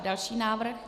Další návrh.